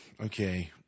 Okay